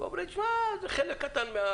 ואומרים שזה חלק קטן.